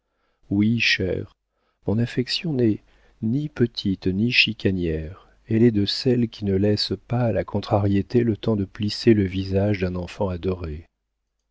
oui chère mon affection n'est ni petite ni chicanière elle est de celles qui ne laissent pas à la contrariété le temps de plisser le visage d'un enfant adoré